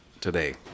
today